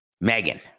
Megan